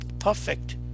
perfect